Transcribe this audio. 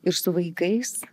ir su vaikais